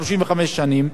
35 שנה,